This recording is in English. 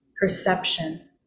perception